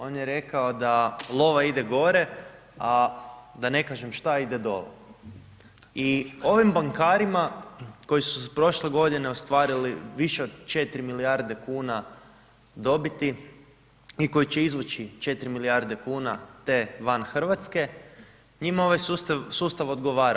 On je rekao da lova ide gore, a da ne kažem šta ide dole i ovim bankarima koji su prošle godine ostvarili više od 4 milijarde kuna dobiti i koji će izvući 4 milijarde kuna te van Hrvatske, njima ovaj sustav odgovara.